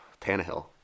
Tannehill